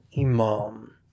imam